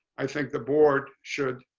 i think the board should